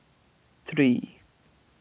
three